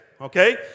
Okay